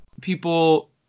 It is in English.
people